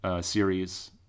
series